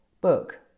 book